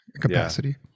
capacity